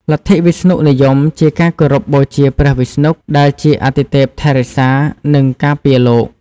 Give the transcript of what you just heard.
លទ្ធិវិស្ណុនិយមជាការគោរពបូជាព្រះវិស្ណុ ដែលជាអាទិទេពថែរក្សា និងការពារលោក។